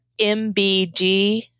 MBG